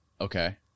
Okay